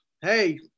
Hey